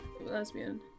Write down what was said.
lesbian